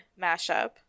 mashup